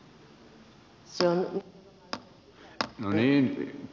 se on